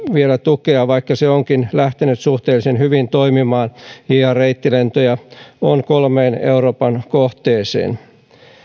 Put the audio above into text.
vielä tukea vaikka se onkin lähtenyt suhteellisen hyvin toimimaan ja reittilentoja on kolmeen euroopan kohteeseen